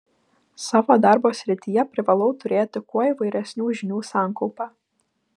savo darbo srityje privalau turėti kuo įvairesnių žinių sankaupą